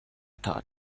thought